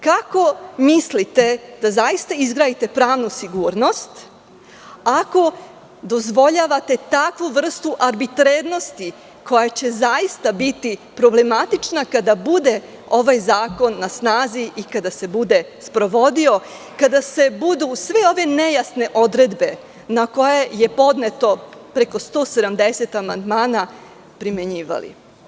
Kako mislite da zaista izgradite pravnu sigurnost, ako dozvoljavate takvu vrstu arbitrarnosti koja će biti problematična kada bude ovaj zakon na snazi i kada se bude sprovodio, kada se budu sve ove nejasne odredbe, na koje je podneto preko 170 amandmana, primenjivale?